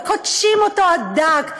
וכותשים אותו עד דק,